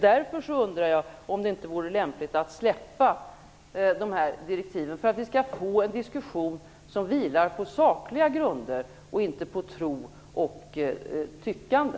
Därför undrar jag om det inte vore lämpligt att släppa dessa direktiv, så att vi kan få en diskussion som vilar på sakliga grunder och inte på tro och tyckande.